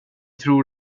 tror